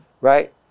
right